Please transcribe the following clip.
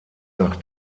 nach